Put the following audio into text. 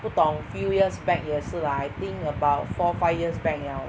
不懂 few years back 也是 lah I think about four five years back liao